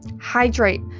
hydrate